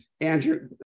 Andrew